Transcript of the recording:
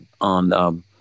on